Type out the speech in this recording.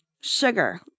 sugar